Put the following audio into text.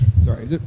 Sorry